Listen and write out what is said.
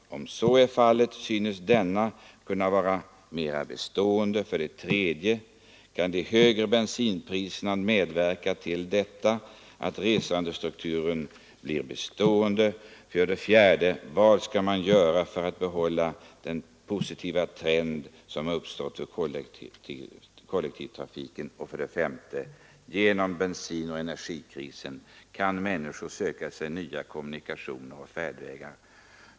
Om så är fallet, synes förändringen vara mera bestående? 3. Kan det högre bensinpriset medverka till att den eventuella förändringen av resandestrukturen blir bestående? 5. Genom bensinoch energikrisen kan människor söka sig nya kommunikationer och färdvägar.